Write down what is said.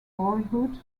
boyhood